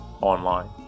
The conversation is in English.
online